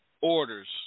orders